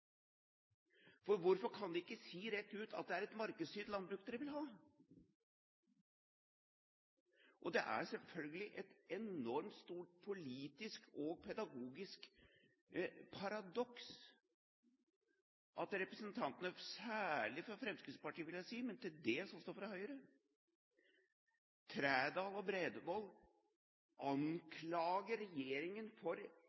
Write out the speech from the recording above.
dag. Hvorfor kan de ikke si rett ut at det er et markedsstyrt landbruk de vil ha? Det er selvfølgelig et enormt stort politisk og pedagogisk paradoks at representantene, jeg vil si særlig fra Fremskrittspartiet, som Trældal og Bredvold, men til dels også fra Høyre, anklager regjeringen for inntektsutviklingen og